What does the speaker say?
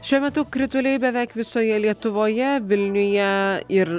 šiuo metu krituliai beveik visoje lietuvoje vilniuje ir